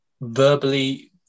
verbally